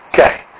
Okay